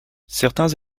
certains